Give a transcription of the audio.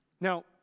Now